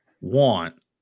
want